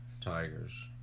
Tigers